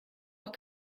auch